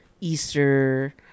Easter